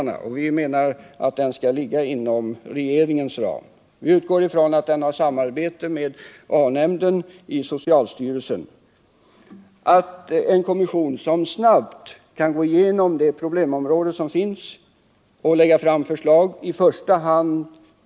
Vi anser också att en sådan kommission skall arbeta inom regeringens ram. Vi utgår från att den kommer att samarbeta med A-nämnden i socialstyrelsen och att kommis sionen snabbt kan gå igenom problemområdena och ta upp de förslag vi lagt fram.